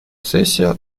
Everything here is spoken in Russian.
сессия